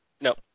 No